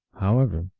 however,